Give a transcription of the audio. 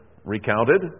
recounted